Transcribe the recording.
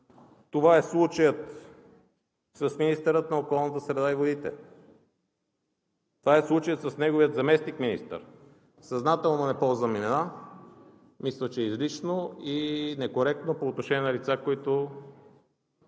Това е случаят с министъра на околната среда и водите, това е случаят с неговия заместник-министър. Съзнателно не ползвам имена, мисля, че е излишно и некоректно по отношение на лица, за които